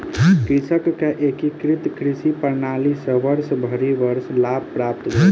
कृषक के एकीकृत कृषि प्रणाली सॅ वर्षभरि वर्ष लाभ प्राप्त भेल